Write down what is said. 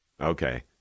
Okay